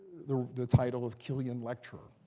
the the title of killian lecturer.